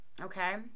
okay